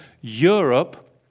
europe